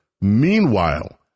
Meanwhile